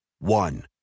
One